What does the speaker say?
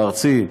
בארצי,